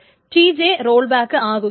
Tj role ആകുകയാണ്